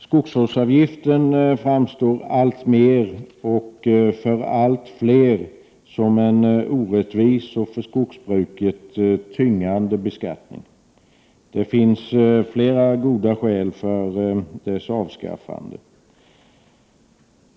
Skogsvårdsavgiften framstår alltmer och för allt fler som en orättvis och för skogsbruket tyngande beskattning. Det finns flera goda skäl för dess avskaffande.